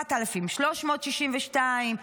4,362 שקלים,